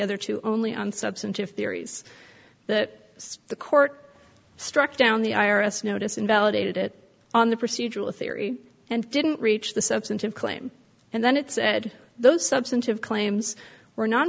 other two only on substantive theories that the court struck down the i r s notice invalidated it on the procedural theory and didn't reach the substantive claim and then it said those substantive claims were non